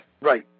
Right